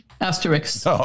asterisks